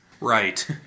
Right